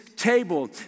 table